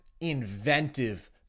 inventive